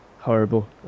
horrible